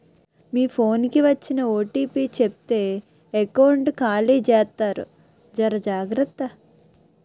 మీ phone కి వచ్చిన OTP చెప్తే ఎకౌంట్ ఖాళీ జెత్తారు జర జాగ్రత్త